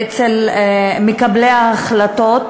ואצל מקבלי ההחלטות.